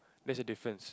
there's the difference